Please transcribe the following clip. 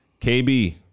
KB